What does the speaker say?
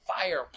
fire